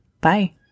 Bye